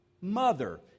Mother